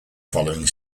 following